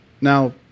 Now